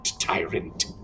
tyrant